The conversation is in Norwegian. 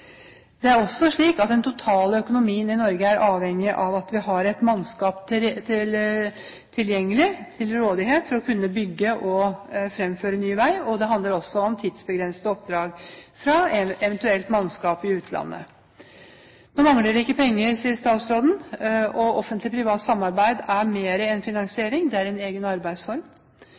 Det er også slik at den totale økonomien i Norge er avhengig av at vi har et mannskap tilgjengelig, til rådighet, for å kunne bygge og fremføre ny vei. Det handler også om tidsbegrensede oppdrag for mannskap eventuelt fra utlandet. Det mangler ikke penger, sier statsråden. Offentlig Privat Samarbeid er mer enn finansiering – det er en egen arbeidsform.